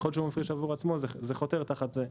אז אם המעסיק מפריש עבור עצמו זה חותר תחת הרציונל הזה.